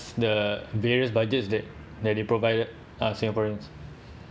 the various budgets that that they provided are singaporeans